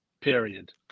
period